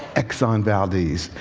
exxon valdez.